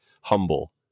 humble